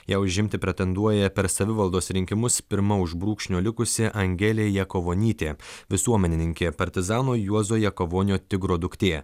ją užimti pretenduoja per savivaldos rinkimus pirma už brūkšnio likusi angelė jakavonytė visuomenininkė partizano juozo jakavonio tigro duktė